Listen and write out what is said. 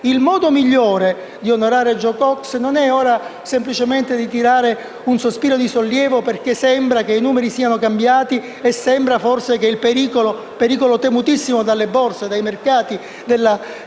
Il modo migliore di onorare Jo Cox non è ora semplicemente tirare un sospiro di sollievo, perché sembra che i numeri siano cambiati e sembra forse che il pericolo, temutissimo dalle borse e dai mercati, della